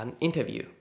interview